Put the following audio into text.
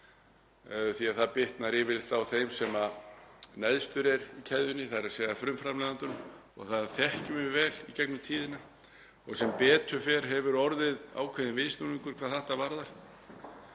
því að það bitnar yfirleitt á þeim sem neðstur er í keðjunni, þ.e. frumframleiðandanum. Það þekkjum við vel í gegnum tíðina og sem betur fer hefur orðið ákveðinn viðsnúningur hvað þetta varðar.